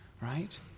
Right